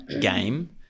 game